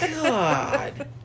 God